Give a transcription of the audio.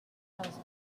comes